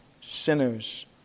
sinners